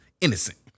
innocent